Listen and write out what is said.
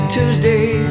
Tuesday